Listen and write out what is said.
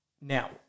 Now